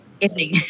Evening